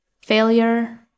failure